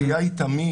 הציפייה היא תמיד,